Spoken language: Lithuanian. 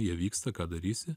jie vyksta ką darysi